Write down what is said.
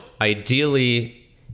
ideally